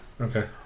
Okay